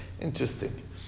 Interesting